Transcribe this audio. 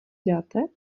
dáte